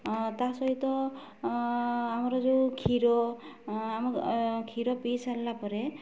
ତା ସହିତ ଆମର ଯୋଉ କ୍ଷୀର ଆମ କ୍ଷୀର ପିଇସାରିଲା ପରେ